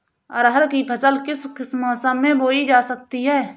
अरहर की फसल किस किस मौसम में बोई जा सकती है?